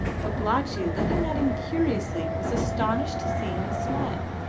babalatchi, looking at him curiously, was astonished to see him smile.